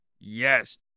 yes